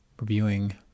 reviewing